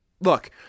look –